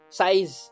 size